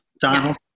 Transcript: Donald